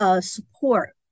Support